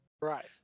Right